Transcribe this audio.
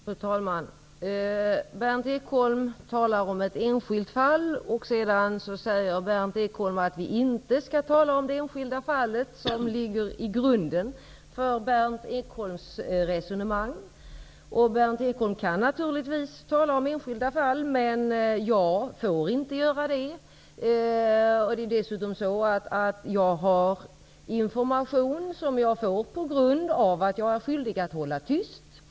Fru talman! Berndt Ekholm talar om ett enskilt fall. Sedan säger han att vi inte skall tala om det enskilda fallet som ligger till grund för hans resonemang. Berndt Ekholm kan naturligtvis tala om enskilda fall. Men jag får inte göra det. Jag har dessutom information som jag får på grund av att jag är skyldig att hålla tyst om den.